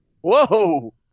Whoa